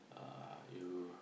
uh you